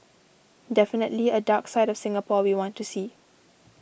definitely a dark side of Singapore we want to see